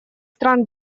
стран